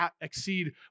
exceed